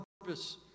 purpose